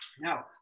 now